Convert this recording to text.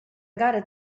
gotta